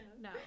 no